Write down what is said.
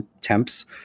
temps